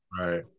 right